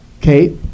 Kate